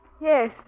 Yes